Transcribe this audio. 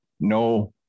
no